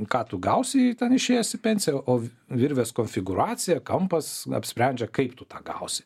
ką tu gausi į ten išėjęs į pensiją o virvės konfigūracija kampas apsprendžia kaip tu tą gausi